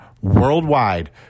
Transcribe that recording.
worldwide